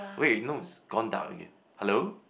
wait no it's gone down again hello